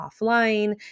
offline